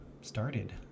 started